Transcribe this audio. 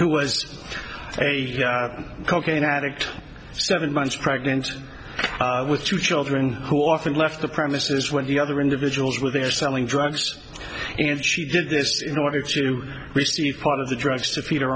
who was a cocaine addict seven months pregnant with two children who often left the premises when the other individuals were there selling drugs and she did this in order to receive part of the drugs to